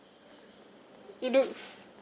it looks